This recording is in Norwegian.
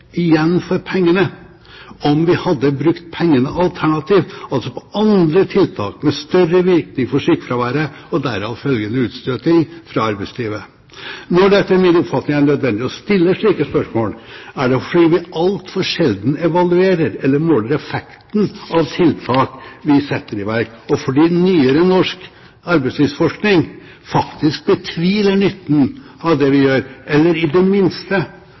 igjen for pengene om vi hadde brukt pengene alternativt, altså på andre tiltak med større virkning for sykefraværet og derav følgende utstøting fra arbeidslivet? Når det etter min oppfatning er nødvendig å stille slike spørsmål, er det fordi vi altfor sjelden evaluerer eller måler effekten av tiltak vi setter i verk, og fordi nyere norsk arbeidslivsforskning faktisk betviler nytten av det vi gjør, eller i det minste